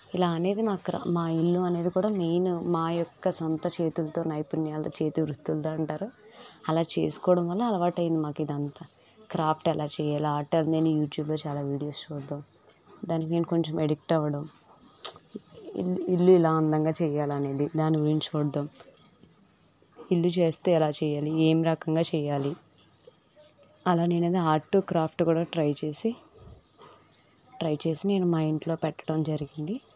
ఇలా అనేది మా గ్రా మా ఇల్లు అనేది కూడా మెయిన్ మా యొక్క సొంత చేతులతో నైపుణ్యాలతో చేతివృత్తులతో అంటారో అలా చేసుకోవడం వల్ల అలవాటు అయ్యింది మాకు ఇదంతా క్రాఫ్ట్ ఎలా చెయ్యాలి అట్ట నేను యూట్యూబ్లో చాలా వీడియోస్ చూడడం దానికి నేను కొంచెం అడిక్ట్ అవ్వడం ఇల్లు ఇలా అందంగా చెయ్యాలి అనేది దాని గురించి చూడ్డం ఇల్లు చేస్తే ఎలా చేయాలి ఏం రకంగా చెయ్యాలి అలా నేను అనేది ఆర్టు క్రాఫ్టు కూడా ట్రై చేసి ట్రై చేసి నేను మా ఇంట్లో పెట్టడం జరిగింది